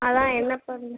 அதான் என்ன பண்